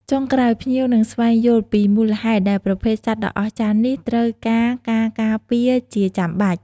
ចុងក្រោយ ភ្ញៀវនឹងស្វែងយល់ពី មូលហេតុដែលប្រភេទសត្វដ៏អស្ចារ្យនេះត្រូវការការការពារជាចាំបាច់។